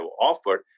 offered